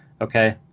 Okay